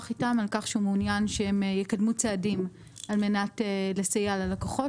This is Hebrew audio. איתם על כך שהוא מעוניין שהם יקדמו צעדים על מנת לסייע ללקוחות.